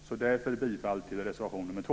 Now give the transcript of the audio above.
Därför yrkar jag bifall till reservation 2.